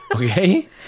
Okay